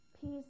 Peace